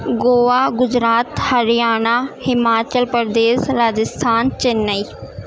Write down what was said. Goa Gujarat Haryana Himachal Pradesh Rajasthan Chennai